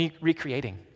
Recreating